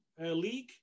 league